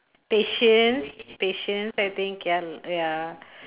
patience patience I think ya ya